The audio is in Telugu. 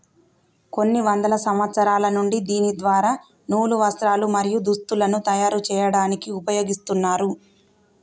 కొన్ని వందల సంవత్సరాల నుండి దీని ద్వార నూలు, వస్త్రాలు, మరియు దుస్తులను తయరు చేయాడానికి ఉపయోగిస్తున్నారు